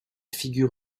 figure